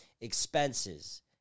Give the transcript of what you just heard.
expenses